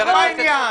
נכון.